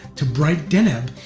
to bright deneb,